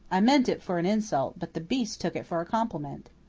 i meant it for an insult but the beast took it for a compliment.